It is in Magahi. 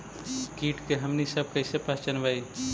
किट के हमनी सब कईसे पहचनबई?